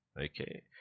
Okay